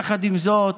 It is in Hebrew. יחד עם זאת,